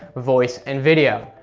voice, and video.